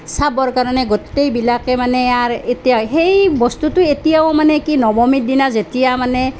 চাবৰ কাৰণে গোটেইবিলাকে মানে আৰ এতিয়া সেই বস্তুটো এতিয়াও মানে কি নৱমীৰ দিনা যেতিয়া মানে